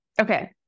Okay